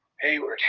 Hayward